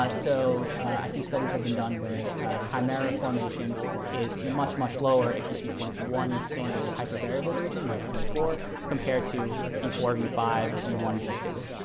um so i think studies have been done where chimera formation is much, much lower if you sequence one single hypervariable region like v four, compared to v four v five or v one v two.